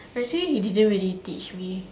but actually he didn't really teach me